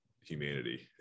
humanity